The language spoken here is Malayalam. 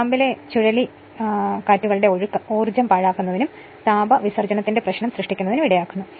കാമ്പിലെ ചുഴലിക്കാറ്റുകളുടെ ഒഴുക്ക് ഊർജ്ജം പാഴാക്കുന്നതിനും താപ വിസർജ്ജനത്തിന്റെ പ്രശ്നം സൃഷ്ടിക്കുന്നതിനും ഇടയാക്കുന്നു